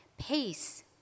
Peace